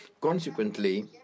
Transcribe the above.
Consequently